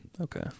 Okay